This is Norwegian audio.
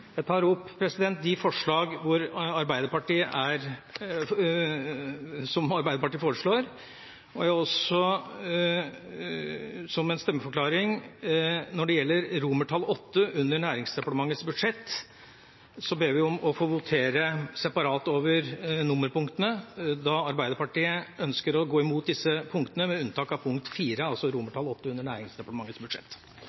Jeg tar opp forslagene fra Arbeiderpartiet. Jeg vil også gi en stemmeforklaring. Når det gjelder romertall VIII under Næringsdepartementets budsjett, ber jeg om at vi får votere separat over nummerpunktene, da Arbeiderpartiet ønsker å gå imot disse punktene med unntak av punkt